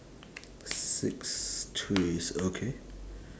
six trees okay